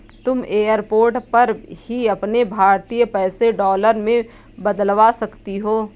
तुम एयरपोर्ट पर ही अपने भारतीय पैसे डॉलर में बदलवा सकती हो